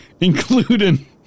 including